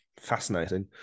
fascinating